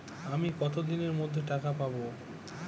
আমি কতদিনের মধ্যে টাকা পাবো?